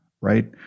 right